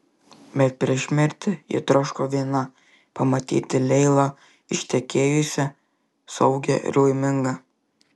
bet prieš mirtį ji troško viena pamatyti leilą ištekėjusią saugią ir laimingą